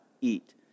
eat